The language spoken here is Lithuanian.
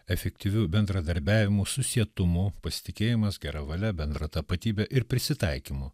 efektyviu bendradarbiavimu susietumu pasitikėjimas gera valia bendra tapatybe ir prisitaikymu